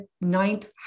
ninth